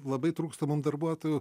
labai trūksta mum darbuotojų